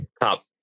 top